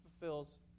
fulfills